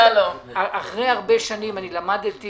אחרי הרבה שנים, אני למדתי